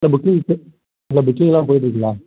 இல்லை booking sir இல்லை புக்கிங்லாம் போயிட்டு இருக்குதா